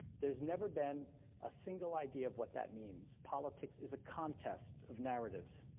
there's never been a single idea of what that means, politics is a contest of narratives.